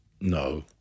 No